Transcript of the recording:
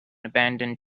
abandoned